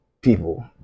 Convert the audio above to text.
people